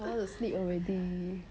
I want to sleep already